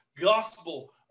gospel